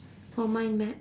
or mind map